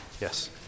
Yes